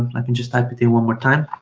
i can just type it there one more time.